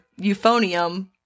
euphonium